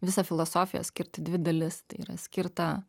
visą filosofiją skirt į dvi dalis tai yra skirtą